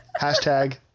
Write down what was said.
Hashtag